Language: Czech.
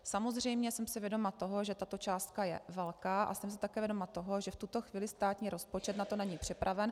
Samozřejmě jsem si vědoma toho, že tato částka je velká, a jsem si také vědoma toho, že v tuto chvíli státní rozpočet na to není připraven.